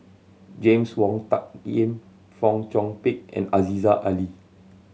James Wong Tuck Yim Fong Chong Pik and Aziza Ali